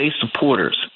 supporters